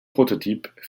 prototypes